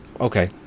okay